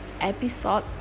episode